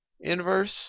inverse